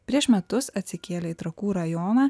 prieš metus atsikėlė į trakų rajoną